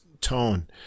tone